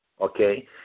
Okay